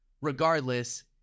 regardless